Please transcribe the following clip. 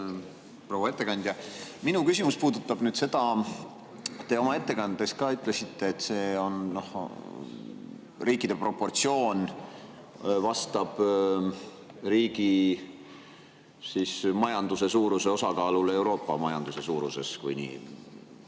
Proua ettekandja! Minu küsimus puudutab seda, mida te oma ettekandes ütlesite, et riikide proportsioon vastab riigi majanduse suuruse osakaalule Euroopa majanduse suuruses, kui nii